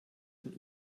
von